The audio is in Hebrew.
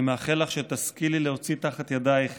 אני מאחל לך שתצליחי להוציא מתחת ידייך